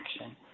action